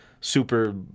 super